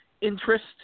interest